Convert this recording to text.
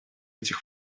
этих